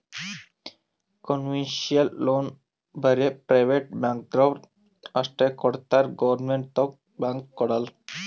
concessional loan ಬರೇ private ಬ್ಯಾಂಕ್ದವ್ರು ಅಷ್ಟೇ ಕೊಡ್ತಾರ್ ಗೌರ್ಮೆಂಟ್ದು ಬ್ಯಾಂಕ್ ಕೊಡಲ್ಲ